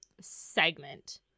segment